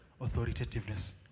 authoritativeness